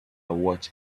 watch